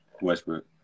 Westbrook